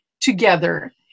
together